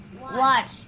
watch